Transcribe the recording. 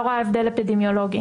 לא רואה הבדל אפידמיולוגי.